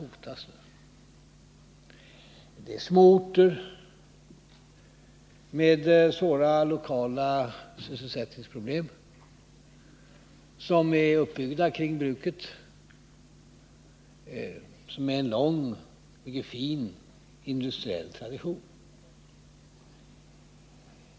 Det gäller små orter med svåra lokala sysselsättningsproblem, orter som är uppbyggda kring bruket och har en lång och mycket fin industriell tradition.